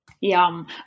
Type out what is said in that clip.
Yum